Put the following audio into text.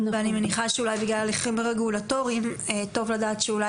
אני מניחה שאולי בגלל הליכים רגולטוריים טוב לדעת שאולי